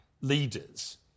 leaders